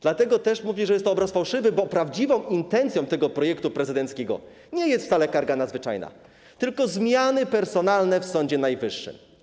Dlatego też mówię, że jest to obraz fałszywy, bo prawdziwą intencją tego projektu prezydenckiego nie jest wcale skarga nadzwyczajna, tylko zmiany personalne w Sądzie Najwyższym.